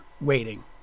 waiting